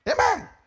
Amen